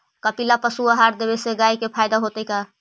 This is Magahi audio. कपिला पशु आहार देवे से गाय के फायदा होतै का?